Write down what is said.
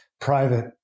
private